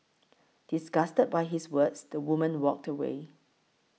disgusted by his words the woman walked away